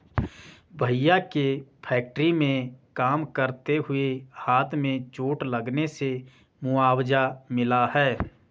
भैया के फैक्ट्री में काम करते हुए हाथ में चोट लगने से मुआवजा मिला हैं